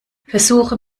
versuche